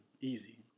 Easy